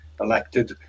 elected